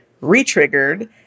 re-triggered